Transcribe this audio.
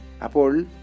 Apol